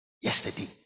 Yesterday